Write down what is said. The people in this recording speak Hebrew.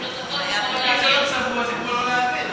אם זה לא צבוע, זה כמו לא להעביר.